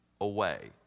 away